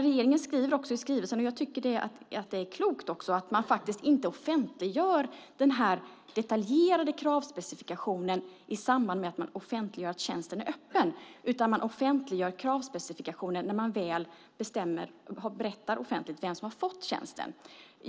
Regeringen skriver i skrivelsen, och jag tycker att det är klokt, att man inte offentliggör den detaljerade kravspecifikationen i samband med att man offentliggör att tjänsten är öppen. Man offentliggör kravspecifikationen när man väl berättar offentligt vem som har fått tjänsten.